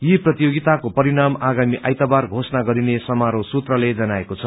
यी प्रतियोगिताको परिणाम आगामी आइतबार घोषणा गरिने समारोह सूत्रले जनाएको छ